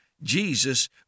Jesus